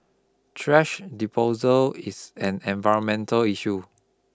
thrash disposal is an environmental issue